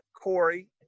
Corey